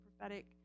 prophetic